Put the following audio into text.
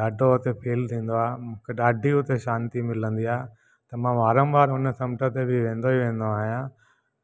ॾाढो हुते ॾाढो फील थींदो आहे मूंखे ॾाढी हुते शांती मिलंदी आहे त मां वारम वार उन समुंड ते वेंदो ई वेंदो आहियां